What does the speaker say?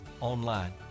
online